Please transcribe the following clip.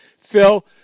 Phil